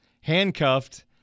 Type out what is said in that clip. handcuffed